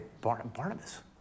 Barnabas